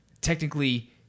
technically